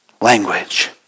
language